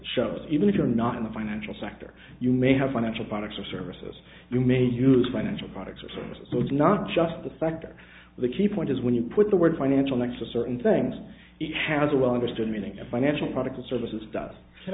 shows even if you're not in the financial sector you may have financial products or services you may use financial products or services so it's not just the sector the key point is when you put the word financial next to certain things it has a well understood meaning of financial products and services d